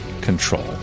control